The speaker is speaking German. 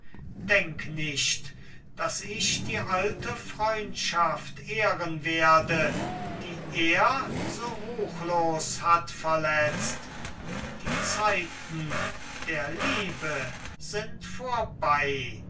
denk nicht daß ich die alte freundschaft ehren werde die er so ruchlos hat verletzt die zeiten der liebe sind vorbei